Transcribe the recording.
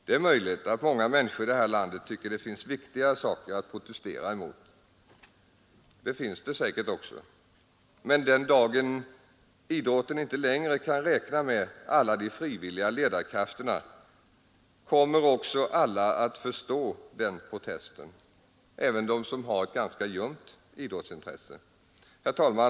Det är möjligt att många människor i det här landet tycker att det finns viktigare saker att protestera mot, och det finns det säkert också. Men den dag då idrotten inte längre kan räkna med alla de frivilliga ledarkrafterna kommer också alla att förstå denna vår protest, även de som har ett ganska ljumt idrottsintresse. Herr talman!